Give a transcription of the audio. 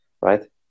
Right